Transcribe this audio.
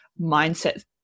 mindset